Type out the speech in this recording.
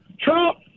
Trump